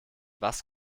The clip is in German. was